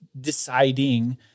deciding